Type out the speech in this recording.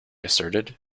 asserted